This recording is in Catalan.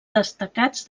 destacats